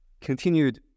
continued